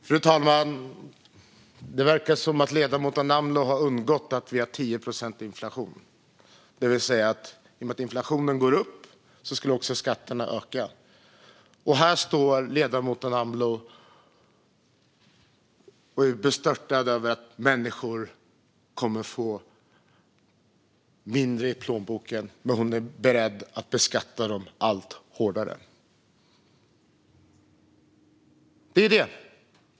Fru talman! Det verkar som om det har undgått ledamoten Amloh att vi har en inflation på 10 procent. Det vill säga, i och med att inflationen går upp skulle också skatterna öka. Här står ledamoten Amloh och är bestört över att människor kommer att få mindre i plånboken, men ändå är hon beredd att beskatta dem allt hårdare.